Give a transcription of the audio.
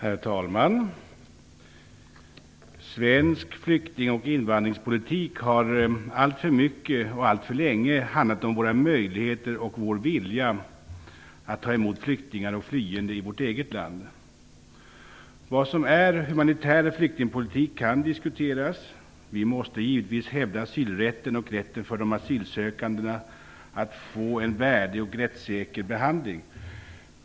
Herr talman! Svensk flykting och invandringspolitik har alltför mycket och alltför länge handlat om våra möjligheter och vår vilja att ta emot flyktingar och flyende i vårt eget land. Vad som är en humanitär flyktingpolitik kan diskuteras. Vi måste givetvis hävda asylrätten och rätten för de asylsökande att få en värdig och rättssäker behandling.